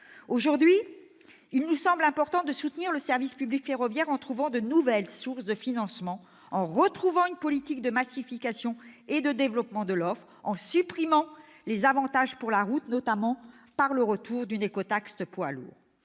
Aujourd'hui, il nous semble important de soutenir le service public ferroviaire, en trouvant de nouvelles sources de financement, en retrouvant une politique de massification et de développement de l'offre et en supprimant les avantages pour la route, notamment par le retour d'une écotaxe poids lourds.